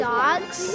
dogs